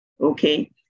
okay